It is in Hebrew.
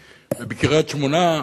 ובקריית-שמונה,